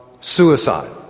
suicide